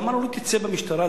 למה לא להתייצב במשטרה,